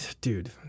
dude